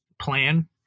plan